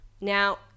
now